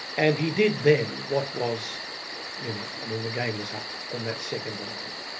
and he did then what was you know, i mean the game was up, from that second on.